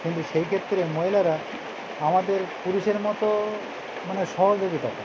কিন্তু সেই ক্ষেত্রে মহিলারা আমাদের পুরুষের মতো মানে সহযোগিতা করে